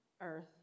earth